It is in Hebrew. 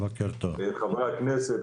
חברי הכנסת,